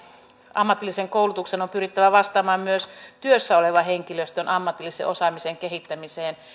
ammatillisen koulutuksen on pyrittävä vastaamaan myös työssä olevan henkilöstön ammatillisen osaamisen kehittämiseen